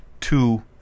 two